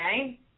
okay